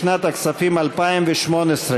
לשנת הכספים 2018,